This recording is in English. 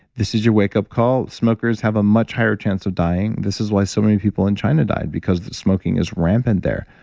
this is your wakeup call. smokers have a much higher chance of dying. this is why so many people in china died, because the smoking is rampant there.